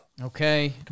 Okay